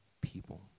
people